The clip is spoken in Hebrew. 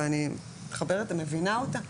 ואני מתחברת ומבינה אותה,